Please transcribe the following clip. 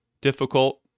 difficult